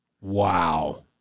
Wow